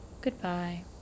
Goodbye